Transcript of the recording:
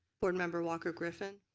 board member walker-griffin.